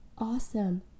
Awesome